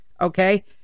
okay